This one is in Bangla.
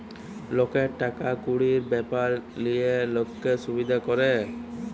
লকের টাকা কুড়ির ব্যাপার লিয়ে লক্কে সুবিধা ক্যরে